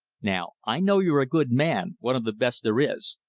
now i know you're a good man, one of the best there is,